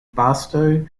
barstow